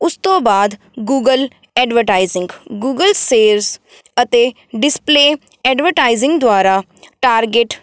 ਉਸ ਤੋਂ ਬਾਅਦ ਗੂਗਲ ਐਡਵਰਟਾਈਜ਼ਿੰਗ ਗੂਗਲ ਸੇਲਸ ਅਤੇ ਡਿਸਪਲੇ ਐਡਵਰਟਾਈਜ਼ਿੰਗ ਦੁਆਰਾ ਟਾਰਗੈਟ